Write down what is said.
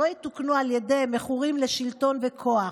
לא יתוקנו על ידי מכורים לשלטון וכוח.